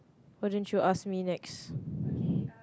what don't you ask me next